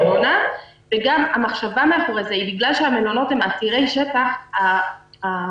וגם המחשבה מאחורי זה היא שבגלל שהמלונות הם עתירי שטח העול